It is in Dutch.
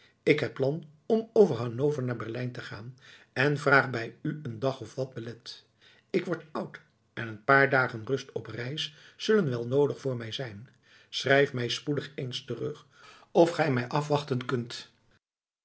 ik heb plan om over hanover naar berlijn te gaan en vraag bij u een dag of wat belet ik word oud en een paar dagen rust op reis zullen wel noodig voor mij zijn schrijf mij spoedig eens terug of gij mij afwachten kunt